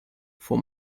for